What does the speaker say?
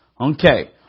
Okay